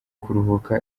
kuruhuka